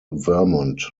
vermont